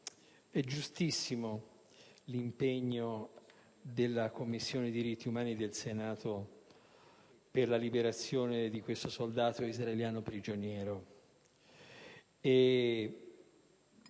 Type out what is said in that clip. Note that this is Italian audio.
è giustissimo l'impegno della Commissione diritti umani del Senato per la liberazione di questo soldato israeliano prigioniero